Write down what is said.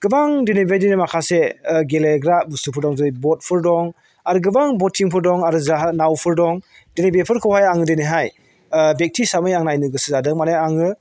गोबां दिनै बेबायदिनो माखासे गेलेग्रा बुस्तुफोराव जेरै बटफोर दं आरो गोबां बटिंफोर दं आरो जाहाज नावफोर दं दिनै बेफोरखौहाय आं दिनैहाय बेक्ति हिसाबै आं नायनो गोसो जादों माने आङो